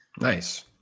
Nice